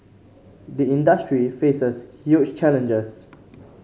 the industry faces huge challenges